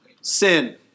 sin